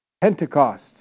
Pentecost